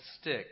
stick